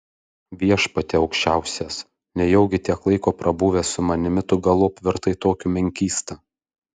viešpatie aukščiausias nejaugi tiek laiko prabuvęs su manimi tu galop virtai tokiu menkysta